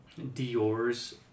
Dior's